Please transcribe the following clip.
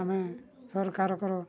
ଆମେ ସରକାରଙ୍କର